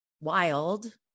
Wild